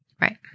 Right